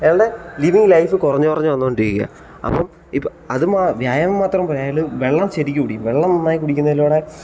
അയാളുടെ living life കുറഞ്ഞു കുറഞ്ഞു വന്നു കൊണ്ടിരിക്കുകയാണ് അപ്പം അത് വ്യായാമം മാത്രം അയാൾ വെള്ളം ശരിക്കും കുടിക്കണം വെള്ളം നന്നായി കുടിക്കുന്നതിലൂടെ